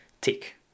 tick